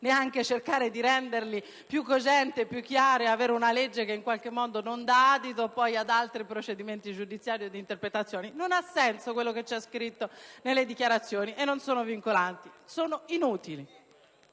neanche cercare di renderle più cogenti e più chiare ed avere una legge che non dia adito ad altri procedimenti giudiziari o ad interpretazioni. Non ha senso quanto è scritto nelle dichiarazioni, perché non sono vincolanti. Sono inutili!